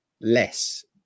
less